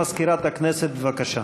מזכירת הכנסת, בבקשה.